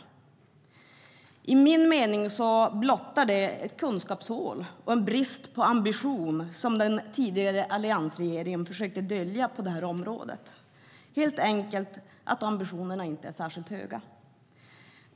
Enligt min mening blottar det ett kunskapshål och en brist på ambition på det här området som den tidigare alliansregeringen försökte dölja. Ambitionerna är helt enkelt inte särskilt höga.